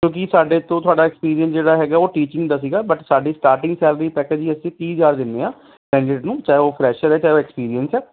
ਕਿਉਂਕਿ ਸਾਡੇ ਤੋਂ ਤੁਹਾਡਾ ਐਕਸਪੀਰੀਅੰਸ ਜਿਹੜਾ ਹੈਗਾ ਉਹ ਟੀਚਿੰਗ ਦਾ ਸੀਗਾ ਬਟ ਸਾਡੀ ਸਟਾਰਟਿੰਗ ਸੈਲਰੀ ਪੈਕਜ ਹੀ ਅਸੀਂ ਤੀਹ ਹਜ਼ਾਰ ਦਿੰਦੇ ਹਾਂ ਕੈਂਡੀਡੇਟ ਨੂੰ ਚਾਹੇ ਉਹ ਫਰੈਸ਼ਰ ਹੈ ਚਾਹੇ ਉਹ ਐਕਸਪੀਰੀਅੰਸ ਹੈ